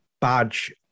badge